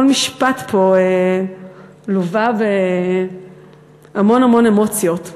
כל משפט פה לווה בהמון המון אמוציות.